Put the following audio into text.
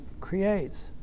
creates